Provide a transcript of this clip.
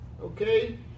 Okay